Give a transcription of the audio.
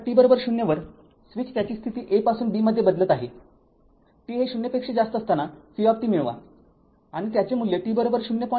आता t० वर स्विच त्याची स्थिती A पासून B मध्ये बदलत आहे t हे ० पेक्षा जास्त असताना v मिळवा आणि त्याचे मूल्य t०